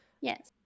yes